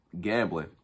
gambling